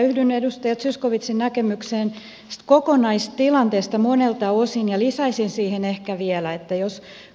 yhdyn edustaja zyskowiczin näkemykseen tästä kokonaistilanteesta monelta osin ja lisäisin siihen ehkä vielä että